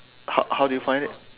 how how do you find it